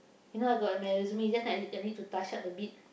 you know I got my resume just I need I need to touch up a bit